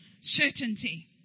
certainty